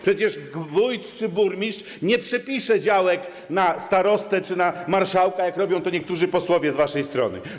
Przecież wójt czy burmistrz nie przepiszą działek na starostę czy na marszałka, jak robią to niektórzy posłowie z waszej strony.